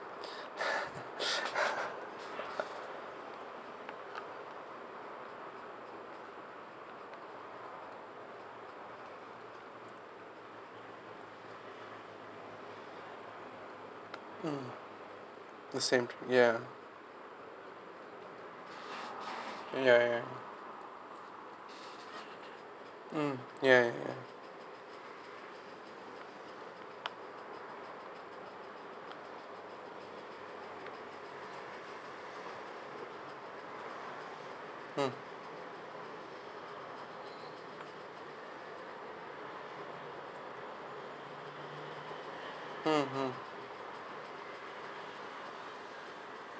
mm the same ya ya right right mm ya ya ya mm mm mm